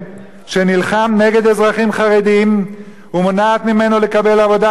שנלחם נגד אזרחים חרדים ומונע ממנו לקבל עבודה,